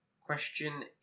Question